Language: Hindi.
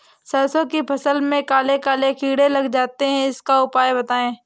सरसो की फसल में काले काले कीड़े लग जाते इसका उपाय बताएं?